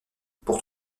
pour